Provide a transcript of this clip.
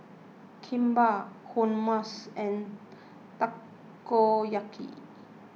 Kimbap Hummus and Takoyaki